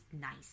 nice